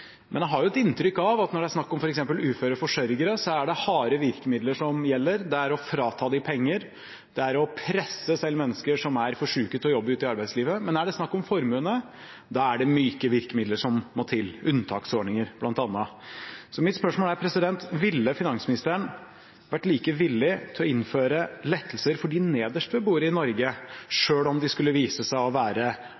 Men jeg har inntrykk av at når det er snakk om f.eks. uføre forsørgere, er det harde virkemidler som gjelder; det er å frata dem penger, det er å presse selv mennesker som er for syke til å jobbe, ut i arbeidslivet. Men er det snakk om formuende, er det myke virkemidler som må til, bl.a. unntaksordninger. Mitt spørsmål er: Ville finansministeren vært like villig til å innføre lettelser for dem som sitter nederst ved bordet i Norge,